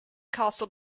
castle